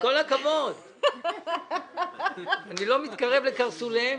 עם כל הכבוד...אני לא מתקרב לקרסוליהם